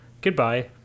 goodbye